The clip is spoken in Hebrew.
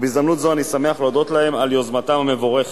ובהזדמנות זו אני שמח להודות להם על יוזמתם המבורכת.